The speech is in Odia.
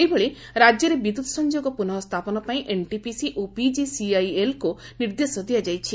ସେହିଭଳି ରାଜ୍ୟରେ ବିଦ୍ୟୁତ୍ ସଂଯୋଗ ପୁନଃସ୍ଥାପନ ପାଇଁ ଏନ୍ଟିପିସି ଓ ପିକିସିଆଇଏଲ୍କୁ ନିର୍ଦ୍ଦେଶ ଦିଆଯାଇଛି